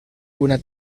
una